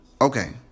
Okay